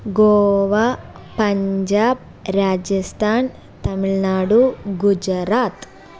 Goa Punjab Rajasthan Tamil Nadu Gujarat